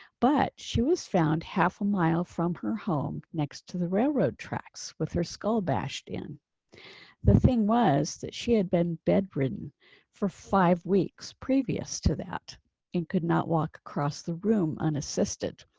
but she was found half a mile from her home. next to the railroad tracks with her skull bashed in the thing was that she had been bedridden for five weeks, previous to that and could not walk across the room unassisted.